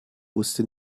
wusste